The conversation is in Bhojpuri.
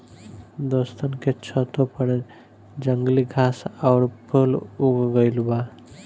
दोस्तन के छतों पर जंगली घास आउर फूल उग गइल बा